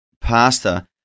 pastor